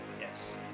Yes